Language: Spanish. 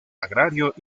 agrario